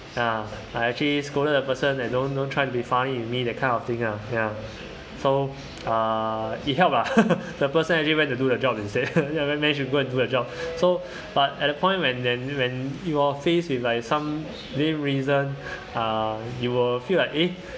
ya I actually scolded the person and don't don't try to be funny with me that kind of things lah ya so uh it helps lah the person actually went to do the job instead ya managed to go and do the job so but at the point when then when you're faced with like some lame reason uh you will feel like eh